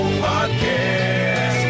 podcast